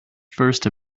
first